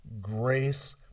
grace